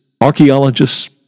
archaeologists